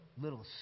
little